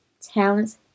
talents